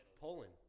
Poland